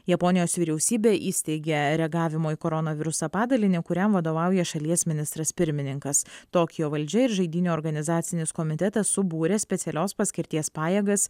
japonijos vyriausybė įsteigė reagavimo į koronavirusą padalinį kuriam vadovauja šalies ministras pirmininkas tokijo valdžia ir žaidynių organizacinis komitetas subūrė specialios paskirties pajėgas